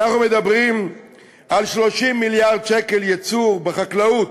אנחנו מדברים על 30 מיליארד שקל ייצור בחקלאות.